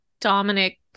Dominic